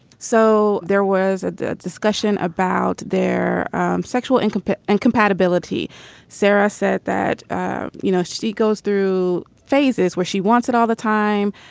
so there was a discussion about their sexual and um and compatibility sarah said that you know she goes through phases where she wants it all the time.